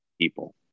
people